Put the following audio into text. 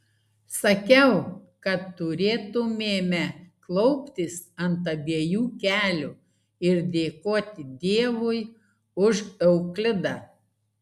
sakiau kad turėtumėme klauptis ant abiejų kelių ir dėkoti dievui už euklidą